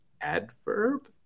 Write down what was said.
adverb